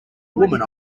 woman